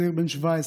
צעיר בן 17,